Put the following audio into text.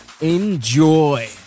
enjoy